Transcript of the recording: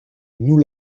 nous